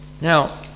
Now